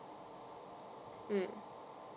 mm